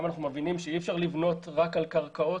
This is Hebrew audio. אנחנו מבינים שאי אפשר לבנות רק על קרקעות.